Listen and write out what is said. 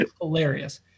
hilarious